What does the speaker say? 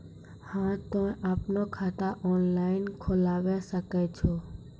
हाँ तोय आपनो खाता ऑनलाइन खोलावे सकै छौ?